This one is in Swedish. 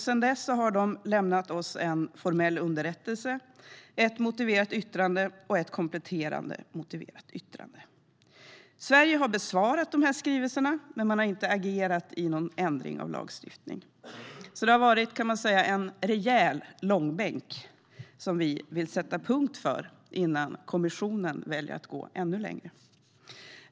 Sedan dess har kommissionen överlämnat en formell underrättelse, ett motiverat yttrande och ett kompletterande motiverat yttrande. Sverige har besvarat skrivelserna, men man har inte agerat med någon ändring i lagstiftningen. Det har, kan man säga, varit en rejäl långbänk, och nu vill vi sätta punkt innan kommissionen väljer att gå ännu längre.